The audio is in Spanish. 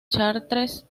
chartres